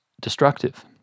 destructive